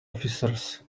officers